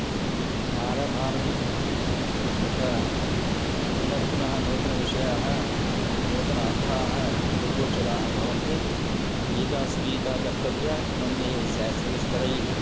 आरभामि तथा पुनः पुनः नूतनविषयाः नूतनाः अर्थाः दृग्गोचराः भवन्ति गीता सुगीता कर्तव्या किमन्यैः शास्त्रविस्तरैः